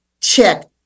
check